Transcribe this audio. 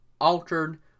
Altered